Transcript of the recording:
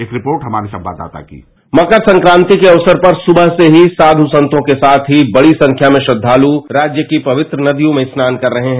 एक रिपोर्ट हमारे संवाददाता की मकर संक्रांति के अवसर पर सुबह से ही साधु संतों के साथ ही बड़ी संख्या में श्रद्धालु राज्य की पवित्र नदियों में स्नान कर रहे हैं